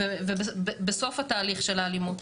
ובסוף התהליך של האלימות,